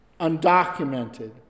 undocumented